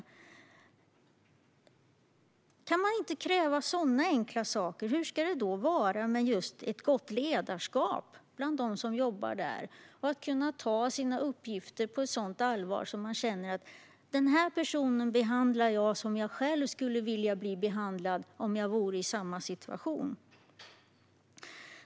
Om det inte går att kräva sådana enkla saker, hur ska det då vara med ett gott ledarskap bland dem som jobbar där och med att personalen kan ta sina uppgifter på ett sådant allvar att de känner att de behandlar personen som de själva skulle vilja bli behandlade om de befann sig i samma situation?